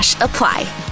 apply